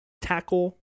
tackle